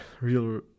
real